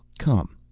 come,